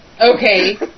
Okay